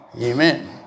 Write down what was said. Amen